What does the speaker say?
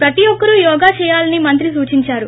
ప్రతి ఒక్కరు యోగా చేయాలని మంత్రి సూచించారు